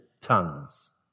tongues